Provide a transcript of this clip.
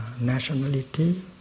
nationality